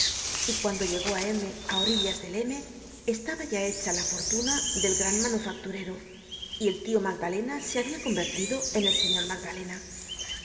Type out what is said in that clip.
y cuando llegó á m á orillas del m estaba ya hecha la fortuna del gran manufacturero y el tio magdalena se habia convertido en el señor magdalena